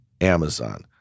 Amazon